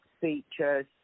features